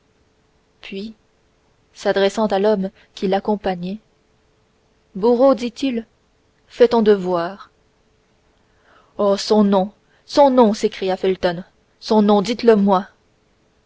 puis s'adressant à l'homme qui l'accompagnait bourreau dit-il fais ton devoir oh son nom son nom s'écria felton son nom dites-le-moi